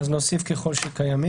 אז נוסיף "ככל שקיימים"?